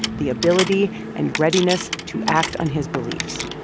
the ability and readiness to act on his beliefs.